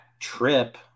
trip